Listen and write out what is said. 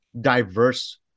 diverse